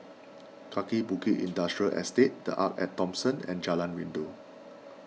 Kaki Bukit Industrial Estate the Arte at Thomson and Jalan Rindu